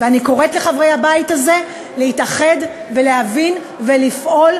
ואני קוראת לחברי הבית הזה להתאחד ולהבין ולפעול,